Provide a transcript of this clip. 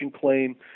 claim